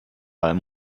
allem